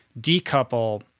decouple